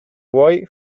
vuoi